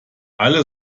alle